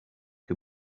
que